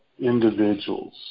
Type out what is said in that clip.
individuals